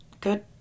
Good